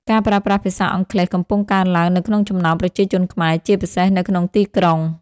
ការប្រើប្រាស់ភាសាអង់គ្លេសកំពុងកើនឡើងនៅក្នុងចំណោមប្រជាជនខ្មែរ ជាពិសេសនៅក្នុងទីក្រុង។